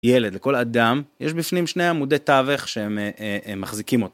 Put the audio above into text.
ילד, לכל אדם יש בפנים שני עמודי תווך שהם מחזיקים אותו.